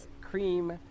cream